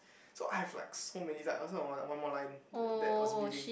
so I have like so many this one also one one more line that was bleeding